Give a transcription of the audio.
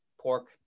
pork